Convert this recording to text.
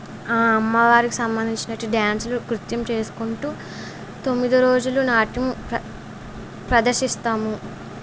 ఆ అమ్మవారికి సంబంధించినటు డ్యాన్సులు కృత్యం చేసుకుంటూ తొమ్మిది రోజులు నాట్యం ప్ర ప్రదర్శిస్తాము